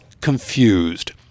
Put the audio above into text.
confused